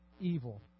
evil